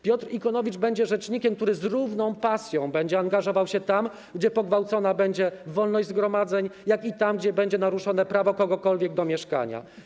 Piotr Ikonowicz będzie rzecznikiem, który z równą pasją będzie angażował się tam, gdzie pogwałcona zostanie wolność zgromadzeń, jak i tam, gdzie będzie naruszone prawo kogokolwiek do mieszkania.